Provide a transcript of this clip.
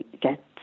get